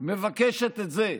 מבקשת את זה,